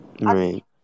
Right